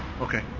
Okay